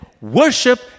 Worship